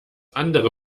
andere